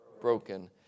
broken